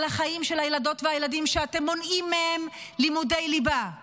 על החיים של הילדות והילדים שאתם מונעים מהם לימודי ליבה,